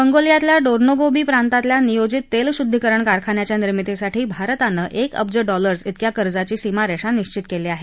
मंगोलियातल्या Dornogovi प्रांतातल्या नियोजित तेल शुद्धीकरण कारखान्याघ्या निर्मितीसाठी भारतानं एक अब्ज डॉलरस तिक्या कर्जाची सीमारेषा निक्षित केली आहे